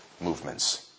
movements